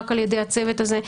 רק על ידי הצוות הזה,